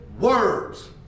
words